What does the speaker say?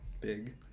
Big